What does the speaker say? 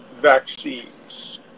vaccines